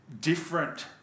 different